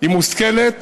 היא מושכלת,